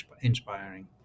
inspiring